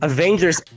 Avengers